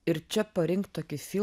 ir čia parinkt tokį filmą